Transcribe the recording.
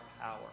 power